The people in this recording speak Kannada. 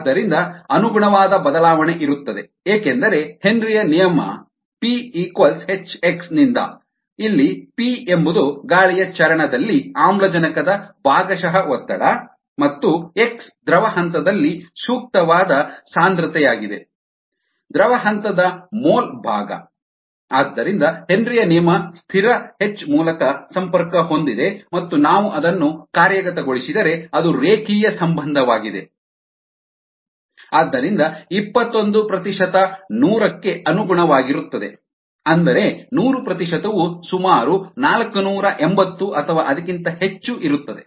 ಆದ್ದರಿಂದ ಅನುಗುಣವಾದ ಬದಲಾವಣೆ ಇರುತ್ತದೆ ಏಕೆಂದರೆ ಹೆನ್ರಿಯ Henry's ನಿಯಮ phx ನಿಂದ ಇಲ್ಲಿ p ಎಂಬುದು ಗಾಳಿಯ ಚರಣ ದಲ್ಲಿ ಆಮ್ಲಜನಕದ ಭಾಗಶಃ ಒತ್ತಡ ಮತ್ತು x ದ್ರವ ಹಂತದಲ್ಲಿ ಸೂಕ್ತವಾದ ಸಾಂದ್ರತೆಯಾಗಿದೆ ದ್ರವ ಹಂತದ ಮೋಲ್ ಭಾಗ ಆದ್ದರಿಂದ ಹೆನ್ರಿಯ Henry's ನಿಯಮ ಸ್ಥಿರ h ಮೂಲಕ ಸಂಪರ್ಕ ಹೊಂದಿದೆ ಮತ್ತು ನಾವು ಅದನ್ನು ಕಾರ್ಯಗತಗೊಳಿಸಿದರೆ ಅದು ರೇಖೀಯ ಸಂಬಂಧವಾಗಿದೆ ಆದ್ದರಿಂದ ಇಪ್ಪತ್ತೊಂದು ಪ್ರತಿಶತ ನೂರು ಕ್ಕೆ ಅನುಗುಣವಾಗಿರುತ್ತದೆ ಅಂದರೆ ನೂರು ಪ್ರತಿಶತವು ಸುಮಾರು ನಾಲ್ಕನೂರ ಎಂಬತ್ತು ಅಥವಾ ಅದಕ್ಕಿಂತ ಹೆಚ್ಚು ಇರುತ್ತದೆ